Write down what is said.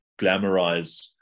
glamorize